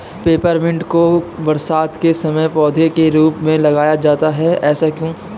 Peppermint को बरसात के समय पौधे के रूप में लगाया जाता है ऐसा क्यो?